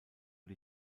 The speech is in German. die